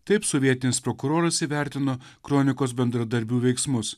taip sovietinis prokuroras įvertino kronikos bendradarbių veiksmus